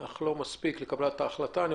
כל זה בשים לב